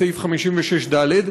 סעיף 56(ד),